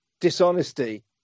dishonesty